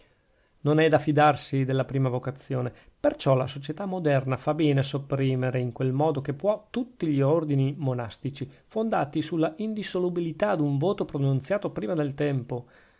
non è da fidarsi della prima vocazione perciò la società moderna fa bene a sopprimere in quel modo che può tutti gli ordini monastici fondati sulla indissolubilità d'un voto pronunziato prima del tempo